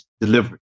delivery